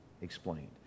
explained